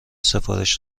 سفارش